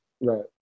right